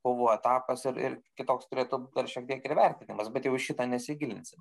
kovų etapas ir ir kitoks turėtų dar šiek tiek ir vertinimas bet jau į šitą nesigilinsim